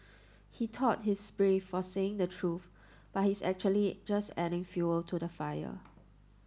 he thought he's brave for saying the truth but he's actually just adding fuel to the fire